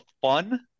fun